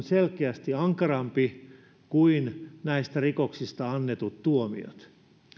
selkeästi ankarampi kuin näistä rikoksista annetut tuomiot